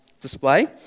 display